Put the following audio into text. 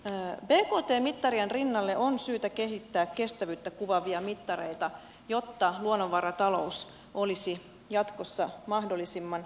bkt mittarien rinnalle on syytä kehittää kestävyyttä kuvaavia mittareita jotta luonnonvaratalous olisi jatkossa mahdollisimman kestävää